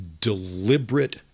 deliberate